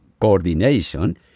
coordination